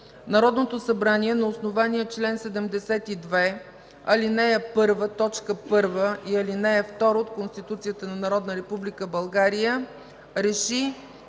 „Народното събрание на основание чл. 72, ал. 1, т. 1 и ал. 2 от Конституцията на Народна Република България